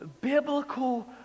biblical